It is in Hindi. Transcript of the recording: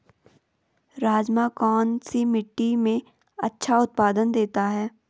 राजमा कौन सी मिट्टी में अच्छा उत्पादन देता है?